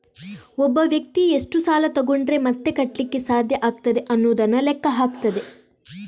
ಒಬ್ಬ ವ್ಯಕ್ತಿ ಎಷ್ಟು ಸಾಲ ತಗೊಂಡ್ರೆ ಮತ್ತೆ ಕಟ್ಲಿಕ್ಕೆ ಸಾಧ್ಯ ಆಗ್ತದೆ ಅನ್ನುದನ್ನ ಲೆಕ್ಕ ಹಾಕ್ತದೆ